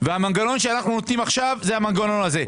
והמנגנון שאנחנו נותנים עכשיו זה המנגנון הזה,